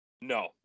No